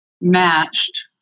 matched